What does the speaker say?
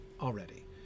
already